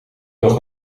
nog